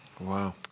Wow